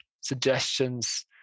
suggestions